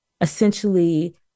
Essentially